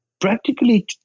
practically